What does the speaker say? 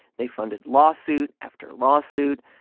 they funded lawsuit after lawsuit.